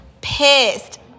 pissed